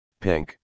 Pink